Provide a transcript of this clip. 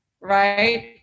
Right